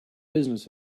business